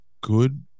good